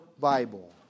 Bible